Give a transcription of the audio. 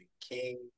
King